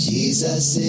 Jesus